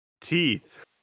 teeth